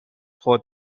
خود